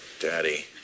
daddy